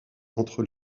entre